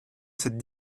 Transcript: cette